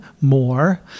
more